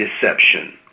deception